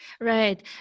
Right